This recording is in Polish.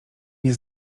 nie